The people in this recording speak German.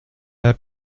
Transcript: der